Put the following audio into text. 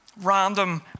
Random